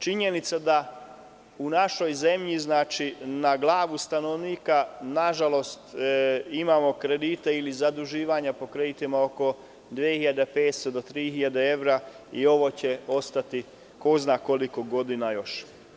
Činjenica je da u našoj zemlji po glavi stanovnika imamo kredite ili zaduživanje po kreditima oko 2.500 do 3.000 evra i ovo će ostati ko zna koliko godina još.